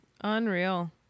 Unreal